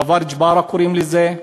מעבר ג'בארה קוראים לזה,